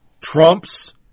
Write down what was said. Trump's